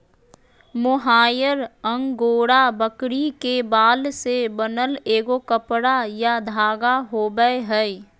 mohair angora बकरी के बाल से बनल एगो कपड़ा या धागा होबैय हइ